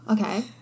Okay